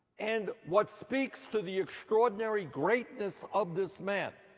and what speak s to the extraordinary greatness of this man,